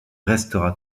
restera